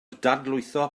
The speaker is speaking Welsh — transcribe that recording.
dadlwytho